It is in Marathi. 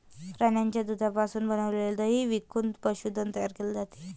प्राण्यांच्या दुधापासून बनविलेले दही विकून पशुधन तयार केले जाते